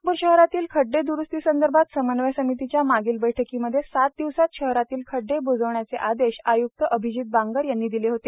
नागपूर शहरातील खड्डे द्रूस्ती संदर्भात समन्वयन समितीच्या मागील बैठकीमध्ये सात दिवसात शहरातील खड्डे ब्जविण्याचे आदेश आय्क्त अभिजीत बांगर यांनी दिले होते